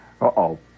Uh-oh